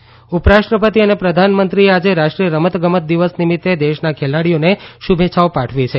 રમત ગમત દિવસ ઉપરાષ્ટ્રપતિ અને પ્રધાનમંત્રીએ આજે રાષ્ટ્રીય રમત ગમત દિવસ નિમિત્ત દેશના ખેલાડીઓને શુભેચ્છાઓ પાઠવી છે